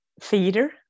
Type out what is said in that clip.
theater